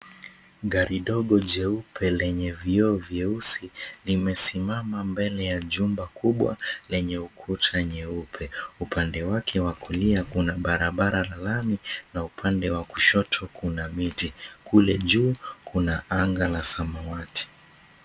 Gari dogo jeupe lenye vioo vyeusi, limesimama mbele ya jumba kubwa lenye ukuta nyeupe. Upande wake wa kulia kuna barabara la lami na upande wa kushoto kuna miti. Kule juu kuna anga la samawati.